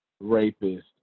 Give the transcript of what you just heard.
rapist